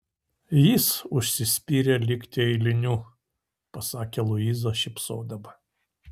jis užsispyrė likti eiliniu pasakė luiza šypsodama